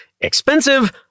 expensive